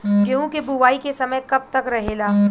गेहूँ के बुवाई के समय कब तक रहेला?